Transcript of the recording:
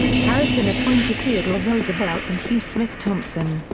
harrison appointed theodore roosevelt and hugh smith thompson,